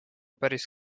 päris